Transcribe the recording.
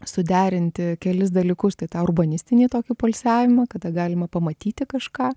suderinti kelis dalykus tai tą urbanistinį tokį poilsiavimą kada galima pamatyti kažką